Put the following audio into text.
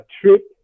trip